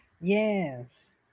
Yes